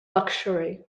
luxury